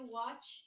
watch